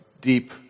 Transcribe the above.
deep